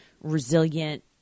resilient